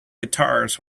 guitars